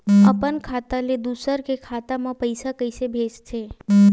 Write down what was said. अपन खाता ले दुसर के खाता मा पईसा कइसे भेजथे?